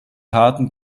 harten